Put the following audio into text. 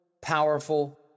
powerful